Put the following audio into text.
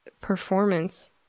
performance